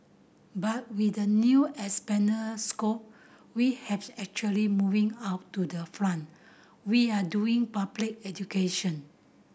but with the new expanded scope we have actually moving out to the front we are doing public education